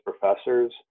professors